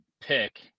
pick